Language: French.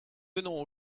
venons